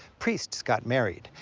priests got married,